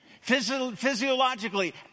Physiologically